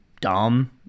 dumb